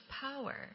power